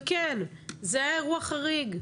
וכן, זה היה אירוע חריג.